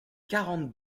quarante